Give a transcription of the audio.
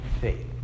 faith